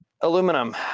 aluminum